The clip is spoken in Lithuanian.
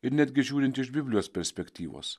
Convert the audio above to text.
ir netgi žiūrint iš biblijos perspektyvos